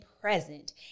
present